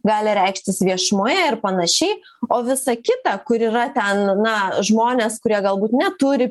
gali reikštis viešumoje ir panašiai o visa kita kur yra ten na žmonės kurie galbūt neturi